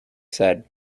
said